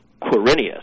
Quirinius